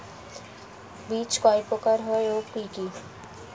বীজ কয় প্রকার ও কি কি?